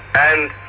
and